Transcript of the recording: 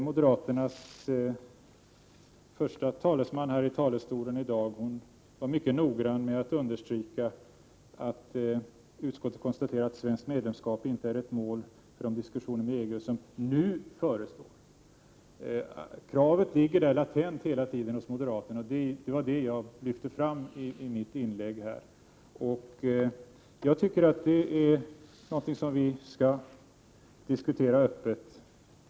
Moderaternas första talesman talarstolen i dag var mycket noga med att understryka att utskottet konstaterat att svenskt medlemskap inte är ett mål för de diskussioner med EG som nu förestår. Kravet ligger emellertid hela tiden latent hos moderaterna, och det var detta jag lyfte fram i mitt inlägg. Jag tycker det är någonting som vi skall diskutera öppet.